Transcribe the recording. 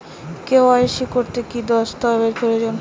KYC করতে কি দস্তাবেজ প্রয়োজন?